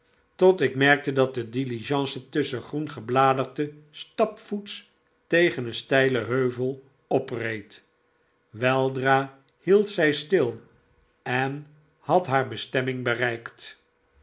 tot ik merkte dat de diligence tusschen groen gebladerte stapvoets tegen een steilen heuvel opreed weldra hield zij stil en had haar bestemming bereikt